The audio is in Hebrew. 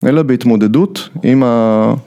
אלא בהתמודדות עם ה...